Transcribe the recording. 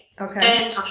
Okay